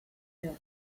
their